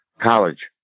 College